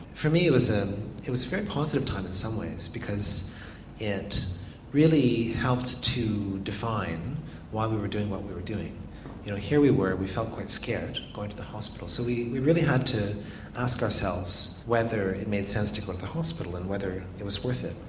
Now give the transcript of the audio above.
for me it was ah it was a very positive time in some ways because it really helped to define why we were doing what we were doing. you know here we were, we felt quite scared going to the hospital, so we we really had to ask ourselves whether it made sense to go to the hospital and whether it was worth it.